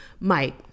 Mike